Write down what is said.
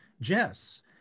Jess